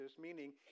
meaning